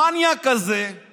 המניאק הזה הוא